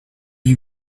you